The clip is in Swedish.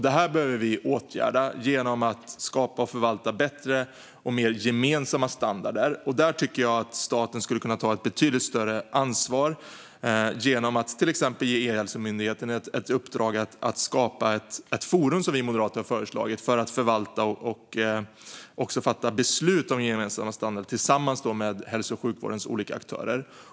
Detta behöver vi åtgärda genom att skapa och förvalta bättre och mer gemensamma standarder. Här tycker jag att staten skulle kunna ta ett betydligt större ansvar genom att till exempel ge E-hälsomyndigheten ett uppdrag att skapa det forum vi moderater har föreslagit för att förvalta och fatta beslut om gemensamma standarder tillsammans med hälso och sjukvårdens olika aktörer.